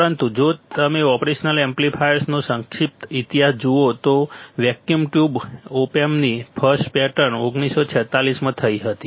પરંતુ જો તમે ઓપરેશનલ એમ્પ્લીફાયર્સનો સંક્ષિપ્ત ઇતિહાસ જુઓ તો વેક્યુમ ટ્યુબ ઓપ એમ્પની ફર્સ્ટ પેટર્ન 1946 માં થઈ હતી